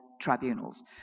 tribunals